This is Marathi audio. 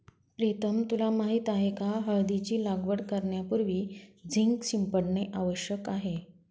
प्रीतम तुला माहित आहे का हळदीची लागवड करण्यापूर्वी झिंक शिंपडणे आवश्यक आहे